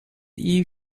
you